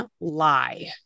lie